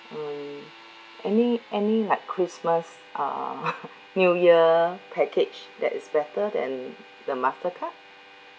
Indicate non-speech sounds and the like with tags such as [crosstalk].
mm any any like christmas uh [laughs] new year package that is better than the mastercard